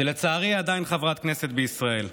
שלצערי היא עדיין חברת כנסת בישראל.